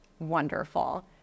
Wonderful